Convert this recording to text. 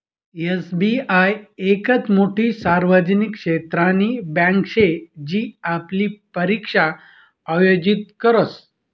SBI येकच मोठी सार्वजनिक क्षेत्रनी बँके शे जी आपली परीक्षा आयोजित करस